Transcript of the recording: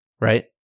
right